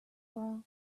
bra